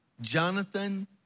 Jonathan